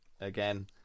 Again